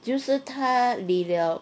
就是他里 liao